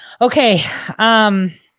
Okay